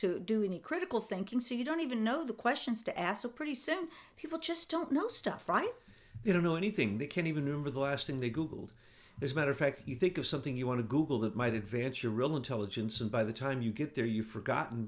to do any critical thinking so you don't even know the questions to ask a pretty soon people just don't know stuff right you don't know anything they can't even remember the last thing they googled is matter fact you think of something you want to google that might advance your real intelligence and by the time you get there you've forgotten